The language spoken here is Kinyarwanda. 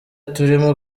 turimo